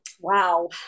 Wow